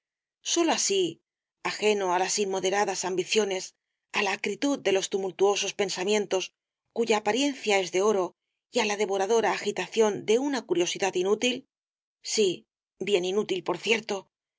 sólo así ajeno á las inmoderadas ambiciones á la acritud de los tumultuosos pensamientos cuya apariencia es de oro y á la devoradora agitación de una curiosidad inútil sí bien inútil por cierto